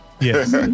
Yes